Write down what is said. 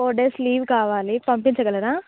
four days leave కావాలి పంపించగలరా